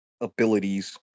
abilities